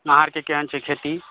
अहाँ आरके केहन छै खेती